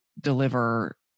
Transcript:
deliver